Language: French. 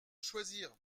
choisir